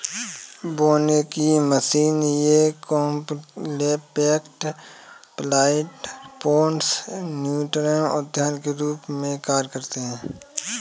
बोने की मशीन ये कॉम्पैक्ट प्लांटर पॉट्स न्यूनतर उद्यान के रूप में कार्य करते है